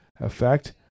effect